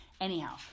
Anyhow